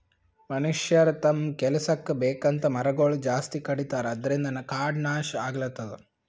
ಮನಷ್ಯರ್ ತಮ್ಮ್ ಕೆಲಸಕ್ಕ್ ಬೇಕಂತ್ ಮರಗೊಳ್ ಜಾಸ್ತಿ ಕಡಿತಾರ ಅದ್ರಿನ್ದ್ ಕಾಡ್ ನಾಶ್ ಆಗ್ಲತದ್